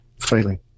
failing